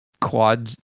quad